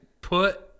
put